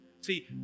See